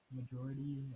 majority